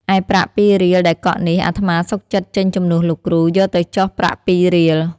ឯប្រាក់ ២ រៀលដែលកក់នេះ អាត្មាសុខចិត្តចេញជំនួសលោកគ្រូ "យកទៅចុះ ប្រាក់ ២ រៀល"។